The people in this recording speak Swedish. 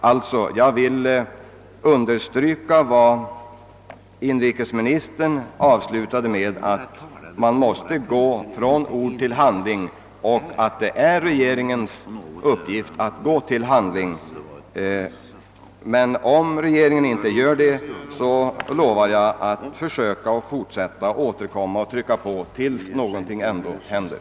Jag tar därför fasta på vad inrikesministern slutade med och att det är regeringens uppgift a't gå från ord till bandling. Vi får se i nästa års statsverksproposition. Om regeringen inte gör det, lovar jag att återkomma och trycka på till dess någonting händer.